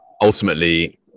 ultimately